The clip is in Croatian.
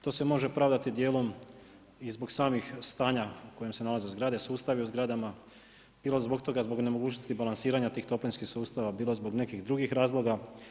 To se može pravdati dijelom i zbog samih stanja u kojem se nalaze zgrade, sustavi u zgradama bilo zbog toga zbog nemogućnosti balansiranja tih toplinskih sustava, bilo zbog nekih drugih razloga.